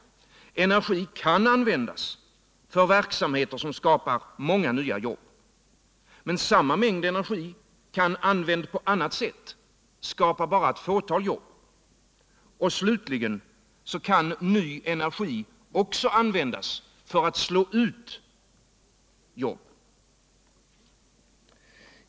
Energi kan användas för verksamheter som skapar många nya jobb. men samma mängd energi kan, använd på annat sätt, skapa bara ett fåtal! jobb. Och slutligen kan ny energi också användas för att slå ut arbetare.